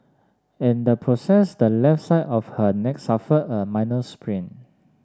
in the process the left side of her neck suffered a minor sprain